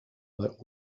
but